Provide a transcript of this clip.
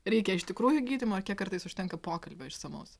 reikia iš tikrųjų gydymo ir kiek kartais užtenka pokalbio išsamaus